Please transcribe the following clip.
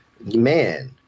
man